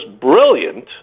brilliant